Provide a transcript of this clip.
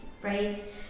phrase